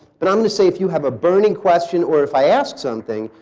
but i'm gonna say if you have a burning question or if i ask something,